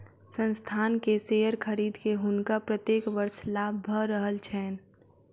संस्थान के शेयर खरीद के हुनका प्रत्येक वर्ष लाभ भ रहल छैन